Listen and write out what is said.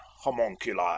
homunculi